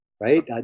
Right